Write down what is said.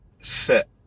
set